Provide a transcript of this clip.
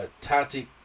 Tati